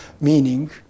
meaning